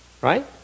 Right